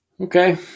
Okay